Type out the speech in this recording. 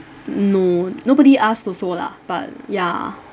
no nobody asked also lah but ya